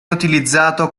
utilizzato